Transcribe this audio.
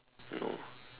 no